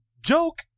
Joke